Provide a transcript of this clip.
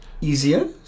Easier